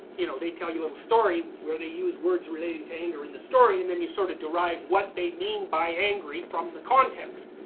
you know they tell you a little story where they use words related to anger in the story and and you sort of derive what they mean by angry from the context.